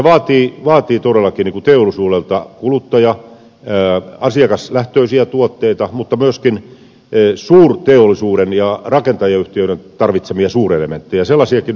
se vaatii todellakin teollisuudelta asiakaslähtöisiä tuotteita mutta myöskin suurteollisuuden ja rakentajayhtiöiden tarvitsemia suurelementtejä